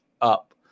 up